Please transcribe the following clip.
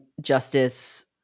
justice